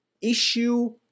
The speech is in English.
issue